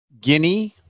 Guinea